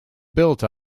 built